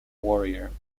warrior